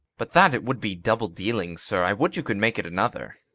but that it would be double-dealing, sir, i would you could make it another.